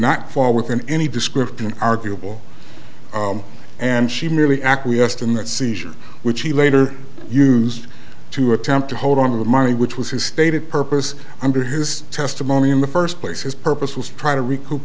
not fall within any description arguable and she merely acquiesced in that seizure which he later used to attempt to hold on to the money which was his stated purpose under his testimony in the first place his purpose was to try to recoup